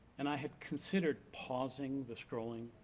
and i have considered pausing the scrolling.